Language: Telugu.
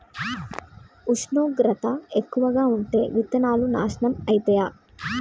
ఉష్ణోగ్రత ఎక్కువగా ఉంటే విత్తనాలు నాశనం ఐతయా?